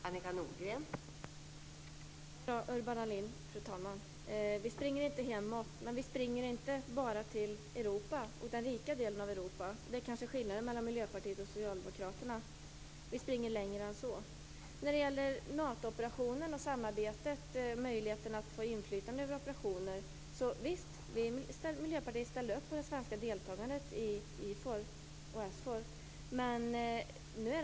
Fru talman! Vi springer inte hemåt, men vi springer inte bara till den rika delen av Europa. Det är kanske skillnaden mellan Miljöpartiet och socialdemokraterna. Vi springer längre än så. När det gäller möjligheten att få inflytande över Natooperationer och samarbetet ställer Miljöpartiet upp på det svenska deltagandet i IFOR och SFOR.